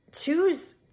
Choose